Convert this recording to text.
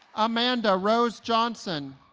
amanda rose johnson